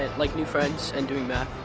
like, new friends and doing math.